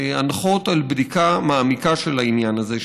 להנחות לקיים בדיקה מעמיקה של העניין הזה,